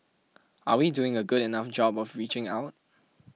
are we doing a good enough job of reaching out